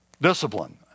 discipline